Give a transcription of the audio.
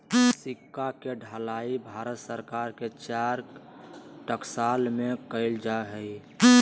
सिक्का के ढलाई भारत सरकार के चार टकसाल में कइल जा हइ